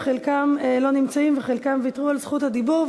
חלקם לא נמצאים וחלקם ויתרו על זכות הדיבור.